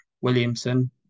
Williamson